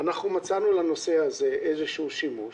מצאנו לעודף הזה שימוש